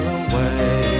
away